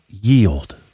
yield